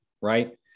right